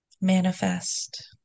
manifest